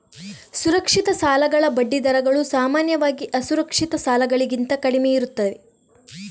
ಸುರಕ್ಷಿತ ಸಾಲಗಳ ಬಡ್ಡಿ ದರಗಳು ಸಾಮಾನ್ಯವಾಗಿ ಅಸುರಕ್ಷಿತ ಸಾಲಗಳಿಗಿಂತ ಕಡಿಮೆಯಿರುತ್ತವೆ